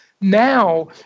Now